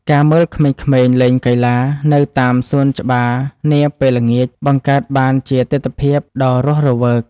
ការមើលក្មេងៗលេងកីឡានៅតាមសួនច្បារនាពេលល្ងាច បង្កើតបានជាទិដ្ឋភាពដ៏រស់រវើក។